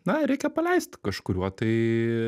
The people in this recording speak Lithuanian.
na reikia paleist kažkuriuo tai